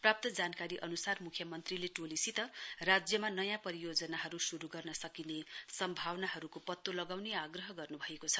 प्राप्त जानकारी अनुसार मुख्यमन्त्रीले टोलीसित राज्यमा नयाँ परियोजनाहरू शुरू गर्न सकिने सम्भावनाहरूको पत्तो लगाउने आग्रह गर्नुभएको छ